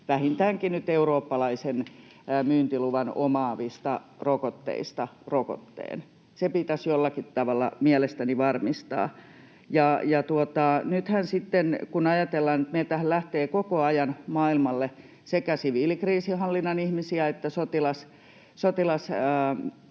vähintäänkin nyt eurooppalaisen myyntiluvan omaavista rokotteista. Se pitäisi jollakin tavalla mielestäni varmistaa. Ja sitten kun ajatellaan, että meiltähän lähtee nyt koko ajan maailmalle sekä siviilikriisinhallinnan ihmisiä että